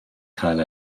cael